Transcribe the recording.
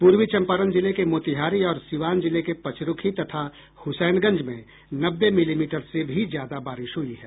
पूर्वी चंपारण जिले के मोतिहारी और सीवान जिले के पचरूखी तथा हुसैनगंज में नब्बे मिलीमीटर से भी ज्यादा बारिश हुई है